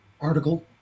article